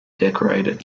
decorated